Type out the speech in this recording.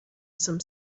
some